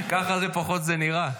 ככה לפחות זה נראה.